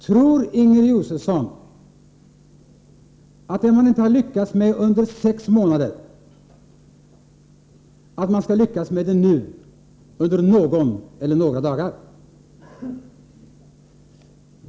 Tror Inger Josefsson att det man inte lyckats med under sex månader nu skall lyckas under några dagar?